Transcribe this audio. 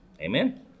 Amen